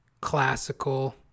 classical